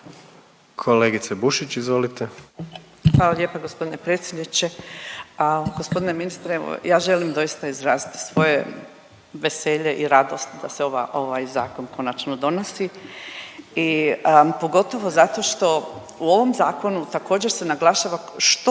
izvolite. **Bušić, Zdravka (HDZ)** Hvala lijepa g. predsjedniče. A, g. ministre, evo, ja želim doista izraziti svoje veselje i radost da se ovaj Zakon konačno donosi i pogotovo zato što u ovom Zakonu također, se naglašava što,